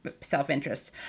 self-interest